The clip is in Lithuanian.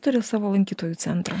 turi savo lankytojų centrą